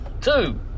Two